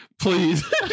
Please